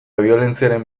biolentziaren